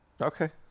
Okay